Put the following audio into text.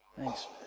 Thanks